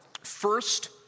First